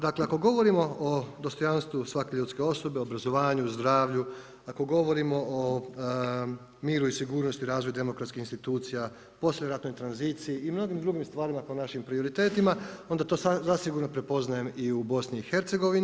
Dakle, ako govorimo o dostojanstvu svake ljudske osobe, obrazovanju, zdravlju, ako govorimo o miru i sigurnosti, razvoju demokratskih institucija, poslijeratnoj tranziciji i mnogim drugim stvarima po našim prioritetima, onda to zasigurno prepoznajem i u Bosni i Hercegovini.